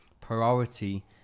priority